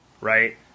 right